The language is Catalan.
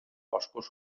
boscos